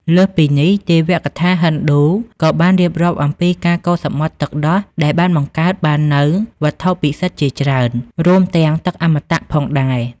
លើសពីនេះ ទេវកថាហិណ្ឌូក៏បានរៀបរាប់អំពីការកូរសមុទ្រទឹកដោះដែលបានបង្កើតបាននូវវត្ថុពិសិដ្ឋជាច្រើន រួមទាំងទឹកអមតៈផងដែរ។